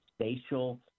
spatial